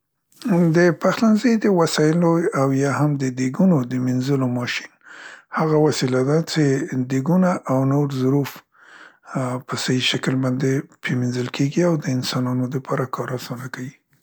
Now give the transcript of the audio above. د پخلنۍ د وسیالو او یا هم د دیګونود مینځلو ماشین هغه وسیله ده څې دیګونه او نور ظروف په ا، سهي شکل باندې پې مینځل کیګي او د انسانانو لپاره کار اسانه کیي.